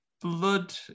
blood